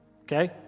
Okay